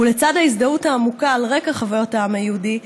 ולצד ההזדהות העמוקה על רקע חוויות העם היהודי,